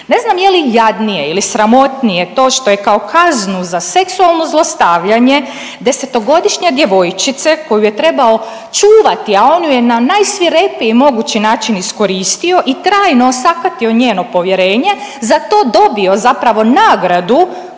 Ne znam je li jadnije ili sramotnije to što je kao kaznu za seksualno zlostavljanje 10-godišnje djevojčice koju je trebao čuvati, a on ju je na najsvirepiji mogući način iskoristio i trajno osakatio njeno povjerenje, za to dobio zapravo nagradu